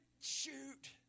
Shoot